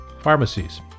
pharmacies